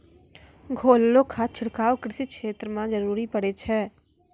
घोललो खाद छिड़काव कृषि क्षेत्र म जरूरी पड़ै छै